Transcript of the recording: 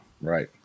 Right